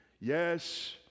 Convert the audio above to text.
Yes